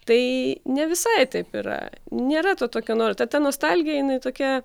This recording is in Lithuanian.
tai ne visai taip yra nėra to tokio noro ta ta nostalgija jinai tokia